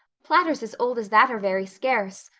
platters as old as that are very scarce.